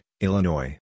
Illinois